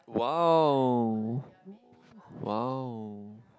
!wow! !wow!